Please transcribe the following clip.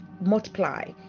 multiply